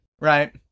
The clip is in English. right